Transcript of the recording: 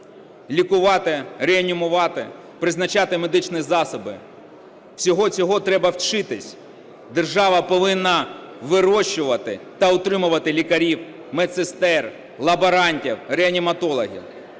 Лікувати, реанімувати, призначати медичні засоби – всього цього треба вчитись, держава повинна вирощувати та утримувати лікарів, медсестер, лаборантів, реаніматологів.